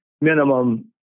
minimum